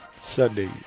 Sunday